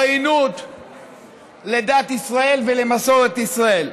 עוינות לדת ישראל ולמסורת ישראל.